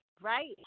right